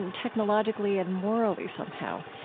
and technologically and morally somehow.